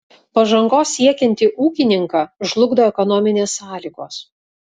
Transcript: pažangos siekiantį ūkininką žlugdo ekonominės sąlygos